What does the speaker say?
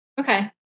Okay